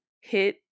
hit